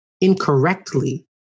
incorrectly